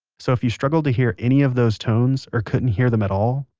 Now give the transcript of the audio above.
so, if you struggled to hear any of those tones or couldn't hear them at all,